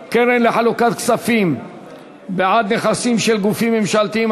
(פטורין) (קרן לחלוקת כספים בעד נכסים של גופים ממשלתיים),